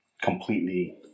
completely